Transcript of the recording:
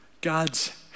God's